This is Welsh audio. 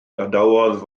gadawodd